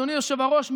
אדוני היושב-ראש,